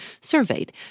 surveyed